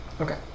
Okay